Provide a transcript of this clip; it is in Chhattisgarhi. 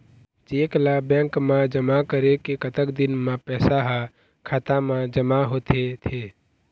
चेक ला बैंक मा जमा करे के कतक दिन मा पैसा हा खाता मा जमा होथे थे?